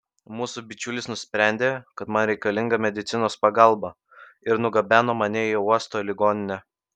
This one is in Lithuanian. mūsų bičiulis nusprendė kad man reikalinga medicinos pagalba ir nugabeno mane į uosto ligoninę